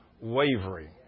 wavering